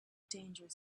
danger